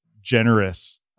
generous